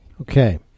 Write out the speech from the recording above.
Okay